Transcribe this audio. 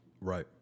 Right